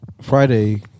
Friday